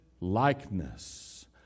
likeness